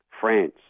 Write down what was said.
France